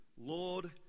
lord